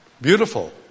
Beautiful